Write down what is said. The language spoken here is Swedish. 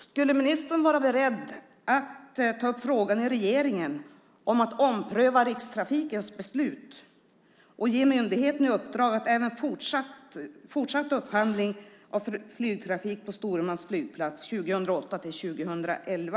Skulle ministern vara beredd att ta upp frågan i regeringen om att ompröva Rikstrafikens beslut och ge myndigheten i uppdrag att även fortsatt upphandla flygtrafik på Storumans flygplats 2008-2011?